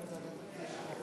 אם כן,